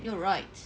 you're right